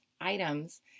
items